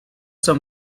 son